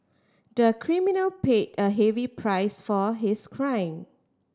the criminal paid a heavy price for his crime